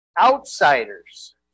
outsiders